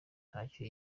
ntacyo